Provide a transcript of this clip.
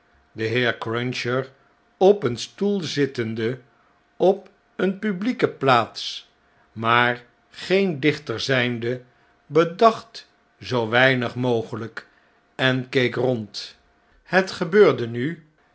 de heer cruncher op een stoel zittende op een publieke plaats maar geen dichter zijnde bedacht zoo weinig mogelyk en keek rond het gebeurde nu